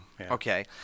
Okay